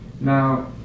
Now